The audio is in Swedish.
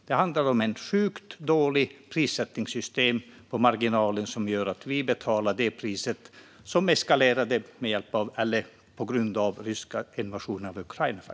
Det handlar om ett sjukt dåligt prissättningssystem på marginalen, som gör att vi betalar det pris som eskalerat på grund av den ryska invasionen av Ukraina.